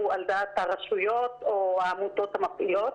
על דעת הרשויות או העמותות המפעילות,